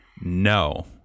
no